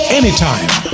anytime